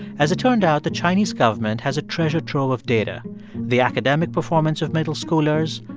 as it turned out, the chinese government has a treasure trove of data the academic performance of middle schoolers,